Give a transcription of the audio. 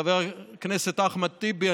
חבר הכנסת אחמד טיבי,